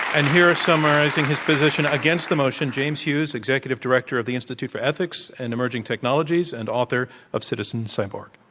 and here summarizing his position against the motion, james hughes, executive director of the institute for ethics and emerging technologies, and author of citizen cyborg.